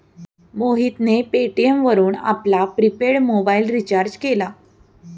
मोहितने पेटीएम वरून आपला प्रिपेड मोबाइल रिचार्ज केला